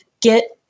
get